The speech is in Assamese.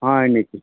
হয় নেকি